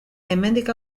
hemendik